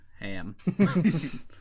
Ham